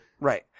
Right